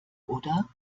oder